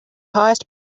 highest